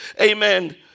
amen